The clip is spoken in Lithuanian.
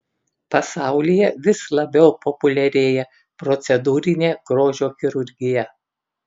pasaulyje vis labiau populiarėja procedūrinė grožio chirurgija